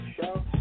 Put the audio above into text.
Show